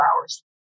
hours